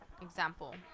example